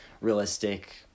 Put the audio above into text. realistic